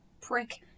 prick